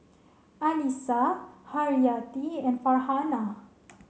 Alyssa Haryati and Farhanah